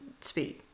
speed